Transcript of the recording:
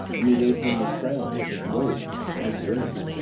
and he gave him the crown, and his robe, and his ring,